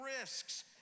risks